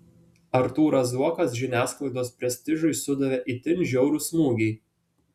artūras zuokas žiniasklaidos prestižui sudavė itin žiaurų smūgį